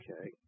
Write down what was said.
okay